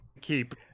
keep